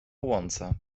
łące